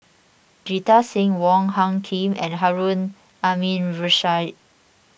Jita Singh Wong Hung Khim and Harun Aminurrashid